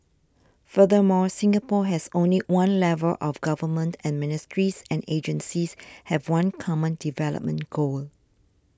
furthermore Singapore has only one level of government and ministries and agencies have one common development goal